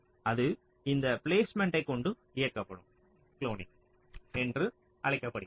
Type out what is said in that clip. அது இந்த பிலேஸ்மேன்ட்டை கொண்டு இயக்கப்படும் குளோனிங் என்று அழைக்கப்படுகிறது